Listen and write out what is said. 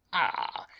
ah,